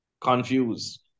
confused